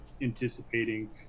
anticipating